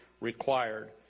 required